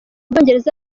bwongereza